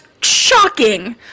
shocking